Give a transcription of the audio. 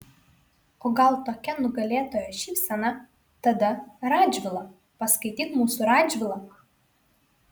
o gal tokia nugalėtojo šypsena tada radžvilą paskaityk mūsų radžvilą